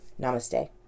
namaste